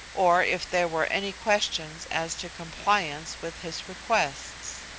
or if there were any questions as to compliance with his requests.